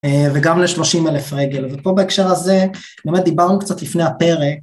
וגם ל-30,000 רגל, ופה בהקשר הזה, באמת דיברנו קצת לפני הפרק.